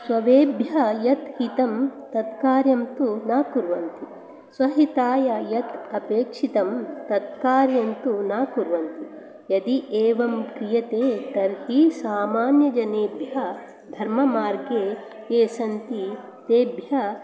सर्वेभ्यः यत् हितं तत् कार्यं तु न कुर्वन्ति स्व हिताय यत् अपेक्षितं तत् कार्यं तु न कुर्वन्ति यदि एवं क्रियते तर्हि सामान्यजनेभ्य धर्ममार्गे ये सन्ति तेभ्यः